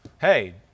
Hey